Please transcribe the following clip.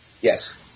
Yes